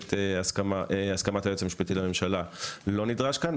נדרשת הסכמת היועץ המשפטי לממשלה, לא נדרש כאן.